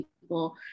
people